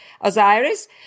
Osiris